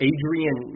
Adrian